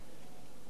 יהי זכרם